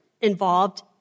involved